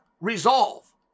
resolve